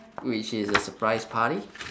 which is a surprise party